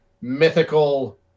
mythical